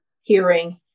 hearing